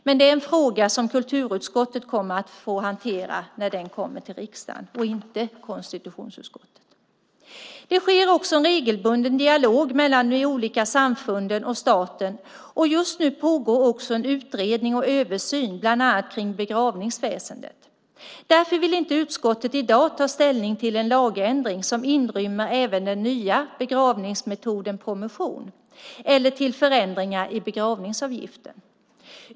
Men det är en fråga som kulturutskottet kommer att hantera när den kommer till riksdagen, inte konstitutionsutskottet. Det sker en regelbunden dialog mellan de olika samfunden och staten, och just nu pågår också en utredning och översyn bland annat av begravningsväsendet. Därför vill utskottet inte i dag ta ställning till en lagändring som inrymmer även den nya begravningsmetoden promession eller till förändringar i begravningsavgiften.